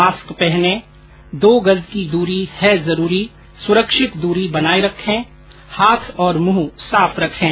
mask पहनें दो गज़ की दूरी है जरूरी सुरक्षित दूरी बनाए रखें हाथ और मुंह साफ रखें